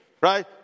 right